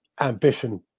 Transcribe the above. ambition